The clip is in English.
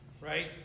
Right